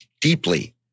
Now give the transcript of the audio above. deeply